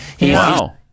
Wow